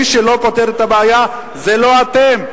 מי שלא פותר את הבעיה זה לא אתם,